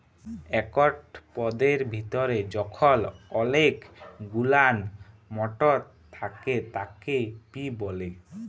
একট পদের ভিতরে যখল অলেক গুলান মটর থ্যাকে তাকে পি ব্যলে